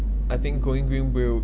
I think going green will